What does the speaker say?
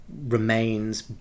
remains